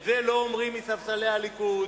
את זה לא אומרים מספסלי הליכוד